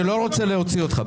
אני לא רוצה להוציא אותך,